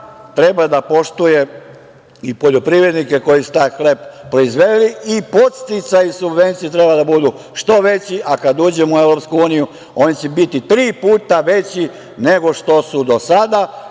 treba da poštuje i poljoprivrednike koji su taj hleb proizveli i podsticaji subvencija treba da budu što veći, a kada uđemo u EU oni će biti tri puta veći nego što su do sada.